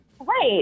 right